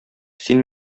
син